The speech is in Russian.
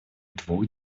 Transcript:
двух